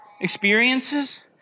experiences